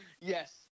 Yes